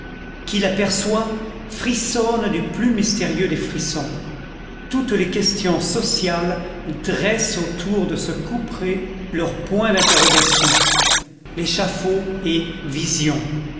qui l'aperçoit frissonne du plus mystérieux des frissons toutes les questions sociales dressent autour de ce couperet leur point d'interrogation l'échafaud est vision